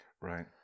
Right